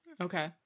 Okay